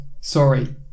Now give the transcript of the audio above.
sorry